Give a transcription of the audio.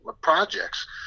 projects